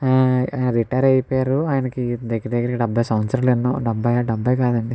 retire అయిపోయారు ఆయనకి దగ్గర దగ్గర డెబ్భై సంవత్సరాలు ఎన్నో డెబ్భైయా డెబ్భై కాదండి